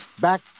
back